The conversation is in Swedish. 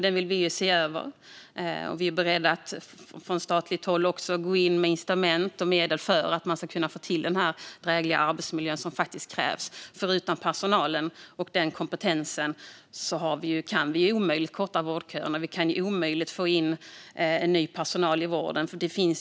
Den vill vi se över, och vi är beredda att från statligt håll också gå in med incitament och medel för att man ska få till den drägliga arbetsmiljö som krävs. Utan personal och kompetens kan vi ju omöjligen korta vårdköerna och omöjligen få in ny personal i vården.